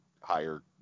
higher